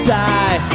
die